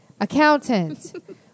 accountant